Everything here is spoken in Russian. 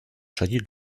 шаги